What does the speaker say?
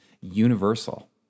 universal